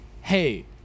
hey